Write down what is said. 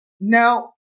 Now